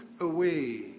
away